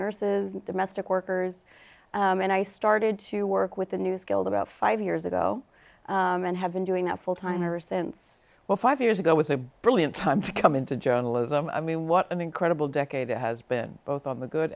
nurses domestic workers and i started to work with a new skilled about five years ago and have been doing that full time ever since well five years ago was a brilliant time to come into journalism i mean what an incredible decade it has been both on the good